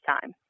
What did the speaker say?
time